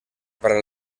para